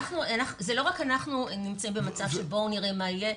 לא רק אנחנו נמצאים במצב של 'בואו נראה מה יהיה',